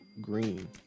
green